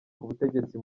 k’ubutegetsi